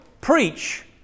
Preach